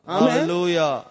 Hallelujah